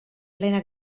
plena